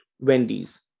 Wendy's